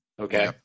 Okay